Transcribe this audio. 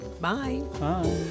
Bye